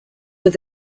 were